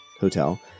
hotel